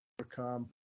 overcome